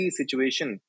situation